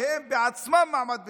כי הם בעצמם מעמד ביניים.